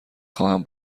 خواهم